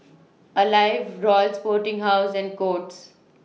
Alive Royal Sporting House and Courts